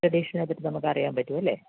ട്രഡീഷണലായിട്ട് നമുക്ക് അറിയാൻ പറ്റും അല്ലേ